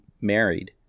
married